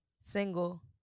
Single